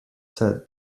said